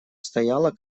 стояла